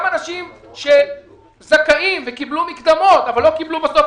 גם אנשים שזכאים וקיבלו מקדמות אבל לא קיבלו בסוף